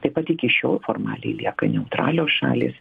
taip pat iki šiol formaliai lieka neutralios šalys